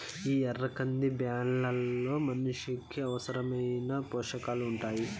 ఈ ఎర్ర కంది బ్యాళ్ళలో మనిషికి అవసరమైన పోషకాలు ఉంటాయి